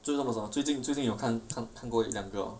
至多少最近最近有看看过一两个 hor